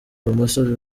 ibumoso